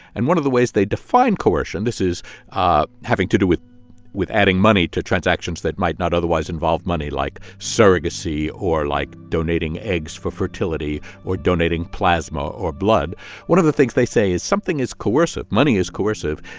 and one of the ways they define coercion this is ah having to do with with adding money to transactions that might not otherwise involve money, like surrogacy or, like, donating eggs for fertility or donating plasma or blood one of the things they say is something is coercive, money is coercive,